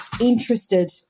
interested